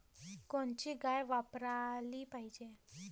कोनची गाय वापराली पाहिजे?